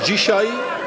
Dzisiaj.